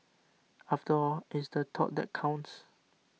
after all it's the thought that counts